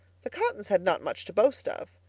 the cottons had not much to boast of.